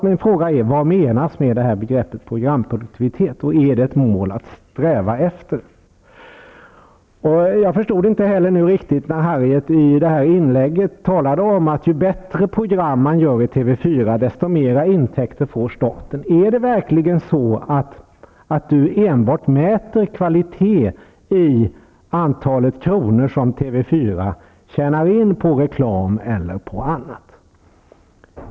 Min fråga är därför: Vad menas med begreppet programproduktivitet, och är det ett mål att sträva efter? Jag förstod inte riktigt det Harriet Colliander sade i sitt inlägg om att ju bättre program man gör i TV 4, desto mera intäkter får staten. Är det verkligen så att Harriet Colliander mäter kvalitet enbart i antalet kronor som TV 4 tjänar in på reklam eller på annat sätt?